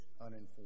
uninformed